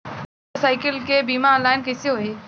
हमार मोटर साईकीलके बीमा ऑनलाइन कैसे होई?